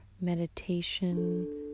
meditation